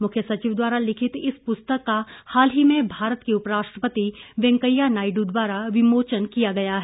मुख्य सचिव द्वारा लिखित इस पुस्तक का हाल ही में भारत के उपराष्ट्रपति वैंकेया नायड् द्वारा विमोचन किया गया है